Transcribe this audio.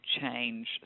change